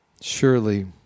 Surely